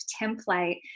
template